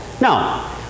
Now